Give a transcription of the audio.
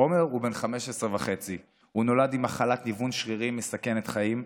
עומר הוא בן 15.5. הוא נולד עם מחלת ניוון שרירים מסכנת חיים,